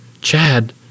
Chad